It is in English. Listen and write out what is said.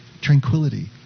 tranquility